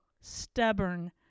stubborn